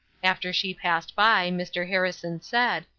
after she passed by, mr. harrison said,